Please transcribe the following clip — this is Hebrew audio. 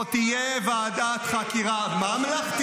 בוא תקשיב טוב: תקום ועדת חקירה ממלכתית,